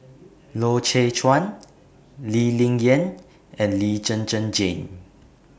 Loy Chye Chuan Lee Ling Yen and Lee Zhen Zhen Jane